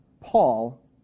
Paul